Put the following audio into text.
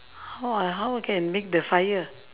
how ah how can make the fire